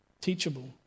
teachable